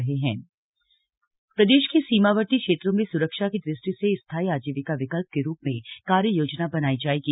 कृषि मंत्री बैठक प्रदेश के सीमावर्ती क्षेत्रों में स्रक्षा की दृष्टि से स्थायी आजीविका विकल्प के रूप में कार्य योजना बनाई जायेगी